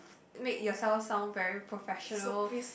make yourself sound very professional